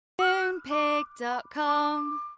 Moonpig.com